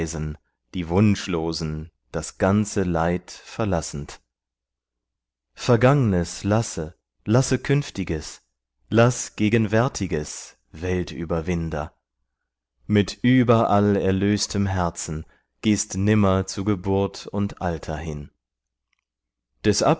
die wunschlosen das ganze leid verlassend vergangnes lasse lasse künftiges lass gegenwärtiges weltüberwinder mit überall erlöstem herzen gehst nimmer zu geburt und alter hin des